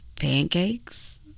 pancakes